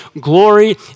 glory